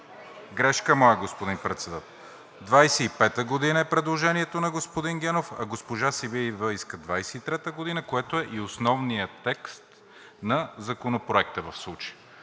Грешка моя, господин Председател. 2025 г. е предложението на господин Генов, а госпожа Сивева иска 2023 г., което е и основният текст на Законопроекта в случая.